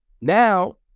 now